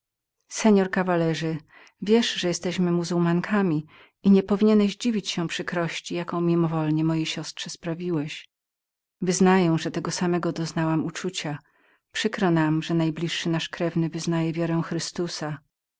wiesz że jesteśmy muzułmankami i nie powinieneś dziwić się nad przykrością jaką ci mimowolnie moja siostra sprawiła wyznaję że tego samego jestem zdania i przykro nam że najbliższy nasz krewny wyznaje wiarę chrystusa